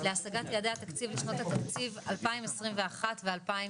להשגת יעדי התקציב לשנות התקציב 2021 ו-2022)